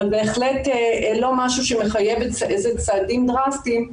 אבל בהחלט לא משהו שמחייב איזה צעדים דרסטיים,